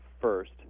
first